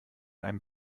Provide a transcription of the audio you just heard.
einem